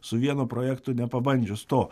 su vienu projektu nepabandžius to